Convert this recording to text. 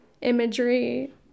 imagery